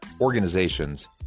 organizations